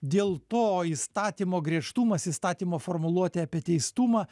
dėl to įstatymo griežtumas įstatymo formuluotė apie teistumą